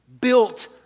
built